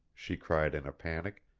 she cried in a panic.